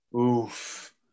oof